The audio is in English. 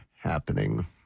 happening